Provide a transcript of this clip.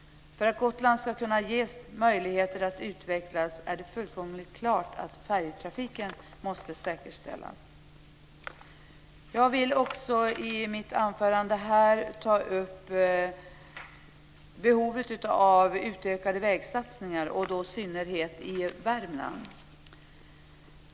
För att Gotland ska kunna ges möjligheter att utvecklas är det fullständigt klart att färjetrafiken måste säkerställas. Jag vill i mitt anförande också ta upp behovet av ökade vägsatsningar, i synnerhet i Värmland.